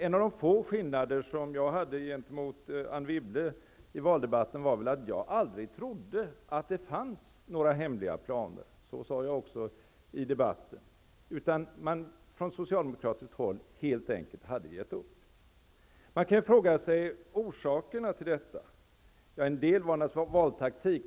En av de få skillnaderna mellan mig och Anne Wibble i valdebatten var att jag aldrig trodde att det fanns några hemliga planer. Det sade jag också i debatten. Man hade från socialdemokratiskt håll helt enkelt gett upp. Man kan fråga sig vad som är orsaken till detta. En del var naturligtvis valtaktik.